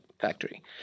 factory